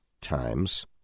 Times